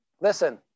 listen